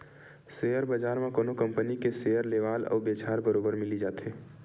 share बजार म कोनो कंपनी के सेयर लेवाल अउ बेचहार बरोबर मिली जाथे